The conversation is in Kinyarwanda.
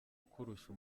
ukurusha